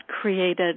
created